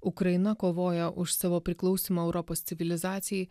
ukraina kovoja už savo priklausymą europos civilizacijai